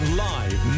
live